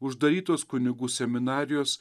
uždarytos kunigų seminarijos